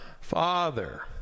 Father